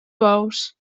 bous